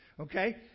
Okay